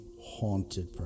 haunted